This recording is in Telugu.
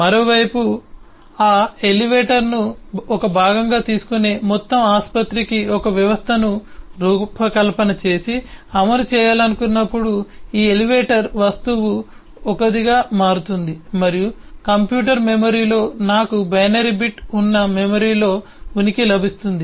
మరోవైపు ఆ ఎలివేటర్ను ఒక భాగంగా తీసుకునే మొత్తం ఆసుపత్రికి ఒక వ్యవస్థను రూపకల్పన చేసి అమలు చేయాలనుకున్నప్పుడు ఈ ఎలివేటర్ వస్తువు ఒకదిగా మారుతుంది మరియు కంప్యూటర్ మెమరీలో నాకు బైనరీ బిట్ ఉన్న మెమరీలో ఉనికి లభిస్తుంది